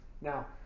Now